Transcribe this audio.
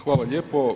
Hvala lijepa.